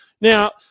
now